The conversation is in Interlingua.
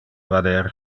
vader